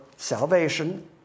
Salvation